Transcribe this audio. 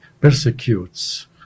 persecutes